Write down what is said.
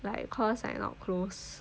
like because I'm not close